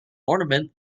ornament